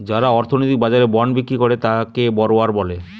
যারা অর্থনৈতিক বাজারে বন্ড বিক্রি করে তাকে বড়োয়ার বলে